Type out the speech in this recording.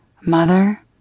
Mother